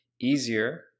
easier